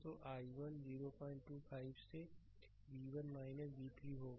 तो i1 025 से v1 v3 होगा